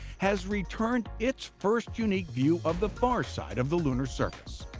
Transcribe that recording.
has returned its first unique view of the far side of the lunar surface.